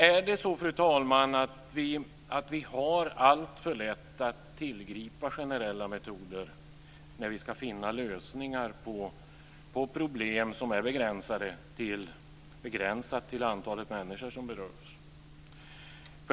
Är det så, fru talman, att vi har alltför lätt att tillgripa generella metoder när vi ska finna lösningar på problem som är begränsade vad gäller antalet människor som berörs?